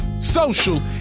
social